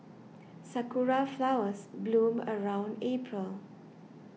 sakura flowers bloom around April